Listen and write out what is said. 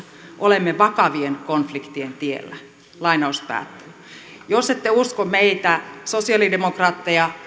olemme vakavien konfliktien tiellä jos ette usko meitä sosialidemokraatteja